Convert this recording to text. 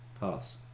pass